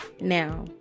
now